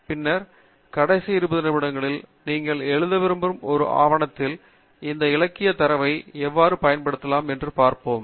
பின்னர் கடைசி இருபது நிமிடங்களில் நீங்கள் எழுத விரும்பும் ஒரு ஆவணத்தில் இந்த இலக்கியத் தரவை எவ்வாறு பயன்படுத்தலாம் என்பதை பார்ப்போம்